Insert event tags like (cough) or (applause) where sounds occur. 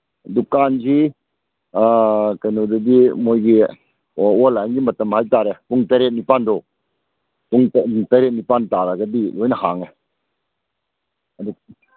ꯗꯨꯀꯥꯟꯁꯤ ꯀꯩꯅꯣꯗꯒꯤ ꯃꯣꯏꯒꯤ ꯑꯣꯟꯂꯥꯏꯟꯒꯤ ꯃꯇꯝ ꯍꯥꯏ ꯇꯥꯔꯦ ꯄꯨꯡ ꯇꯔꯦꯠ ꯅꯤꯄꯥꯟꯗꯣ ꯄꯨꯡ ꯇꯔꯦꯠ ꯅꯤꯄꯥꯟ ꯇꯥꯔꯒꯗꯤ ꯂꯣꯏꯅ ꯍꯥꯡꯉꯦ (unintelligible)